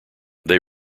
they